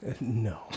No